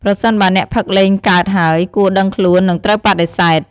ប្រសិនបើអ្នកផឹកលែងកើតហើយ គួរដឹងខ្លួន និងត្រូវបដិសេធ។